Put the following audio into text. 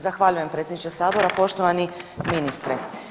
Zahvaljujem predsjedniče Sabora, poštovani ministre.